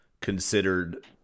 considered